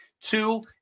Two